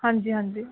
ਹਾਂਜੀ ਹਾਂਜੀ